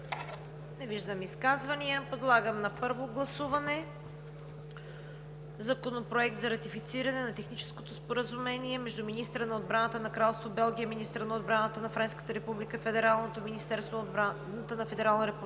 Не виждам. Подлагам на първо гласуване Законопроект за ратифициране на Техническо споразумение между министъра на отбраната на Кралство Белгия, министъра на отбраната на Френската република, Федералното министерство на отбраната на Федерална република